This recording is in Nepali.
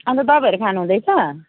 अब दबाईहरू खानुहुँदैछ